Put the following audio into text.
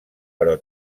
però